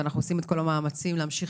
ואנחנו עושים את כל המאמצים להמשיך